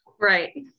Right